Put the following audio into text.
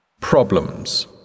problems